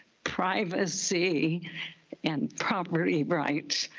privacy and property. right.